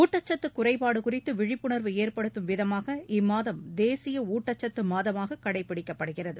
ஊட்டக்கத்து குறைபாடு குறித்து விழிப்புணர்வு எற்படுத்தும் விதமாக இம்மாதம் தேசிய ஊட்டச்சத்து மாதமாக கடைபிடிக்கப்படுகிறது